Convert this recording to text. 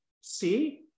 See